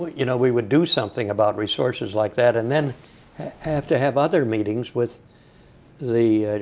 you know, we would do something about resources like that, and then have to have other meetings with the